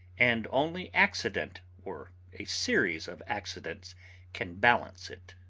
and only accident or a series of accidents can balance it.